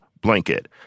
blanket